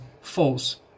false